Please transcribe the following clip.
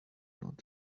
not